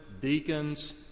deacons